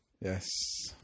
Yes